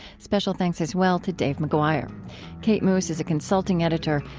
special thanks as well to dave mcguire kate moos is a consulting editor.